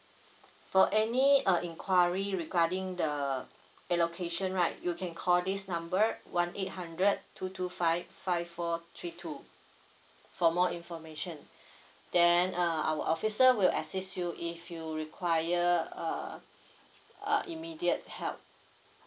for any uh inquiry regarding the allocation right you can call this number one eight hundred two two five five four three two for more information then uh our officer will assist you if you require uh uh immediate help